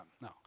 no